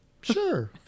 Sure